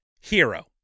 Hero